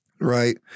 right